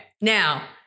now